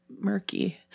Murky